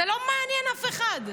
זה לא מעניין אף אחד.